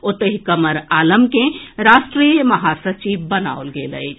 ओतहि कमर आलम के राष्ट्रीय महासचिव बनाओल गेल अछि